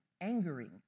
angering